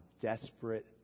desperate